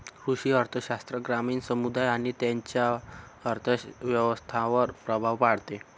कृषी अर्थशास्त्र ग्रामीण समुदाय आणि त्यांच्या अर्थव्यवस्थांवर प्रभाव पाडते